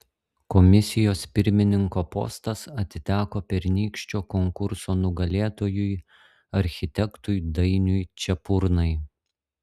komisijos pirmininko postas atiteko pernykščio konkurso nugalėtojui architektui dainiui čepurnai